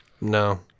No